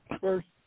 first